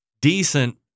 decent